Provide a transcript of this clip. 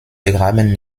begraben